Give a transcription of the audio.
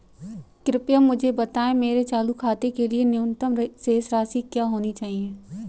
कृपया मुझे बताएं मेरे चालू खाते के लिए न्यूनतम शेष राशि क्या होनी चाहिए?